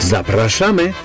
Zapraszamy